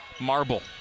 Marble